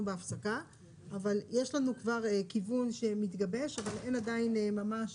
בהפסקה אבל יש לנו כבר כיוון שמתגבש אבל אין עדיין ממש